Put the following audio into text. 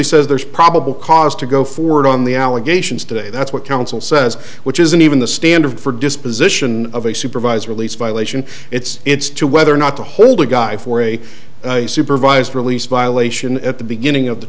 lee says there's probable cause to go forward on the allegations today that's what counsel says which isn't even the standard for disposition of a supervised release violation it's it's to whether or not to hold a guy for a supervised release violation at the beginning of the